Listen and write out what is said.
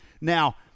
Now